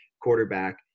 quarterback